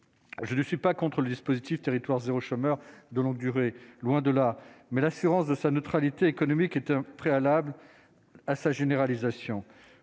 je ne suis pas contre le dispositif territoires zéro, chômeur de longue durée, loin de là, mais l'assurance de sa neutralité économique est un préalable à sa généralisation,